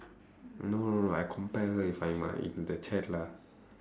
no no no I compare her with in the chat lah